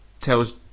tells